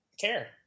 care